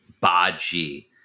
Baji